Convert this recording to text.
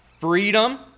freedom